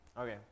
Okay